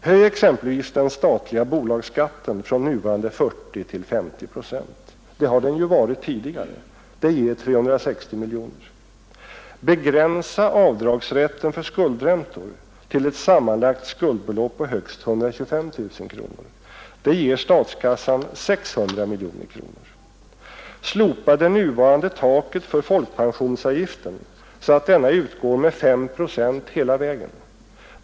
Höj exempelvis den statliga bolagsskatten från nuvarande 40 till 50 procent. Det har den ju varit tidigare. Det ger 360 miljoner. Begränsa avdragsrätten för skuldräntor till ett sammanlagt skuldbelopp på högst 125 000 kronor. Det ger statskassan 600 miljoner kronor. Slopa det nuvarande taket för folkpensionsavgiften, så att denna utgår med fem procent hela vägen.